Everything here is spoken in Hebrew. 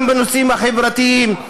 גם בנושאים החברתיים,